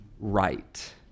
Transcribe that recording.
right